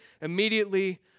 immediately